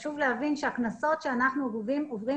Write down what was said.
חשוב להבין שהקנסות שאנחנו גובים עוברים